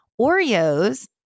Oreos